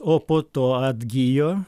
o po to atgijo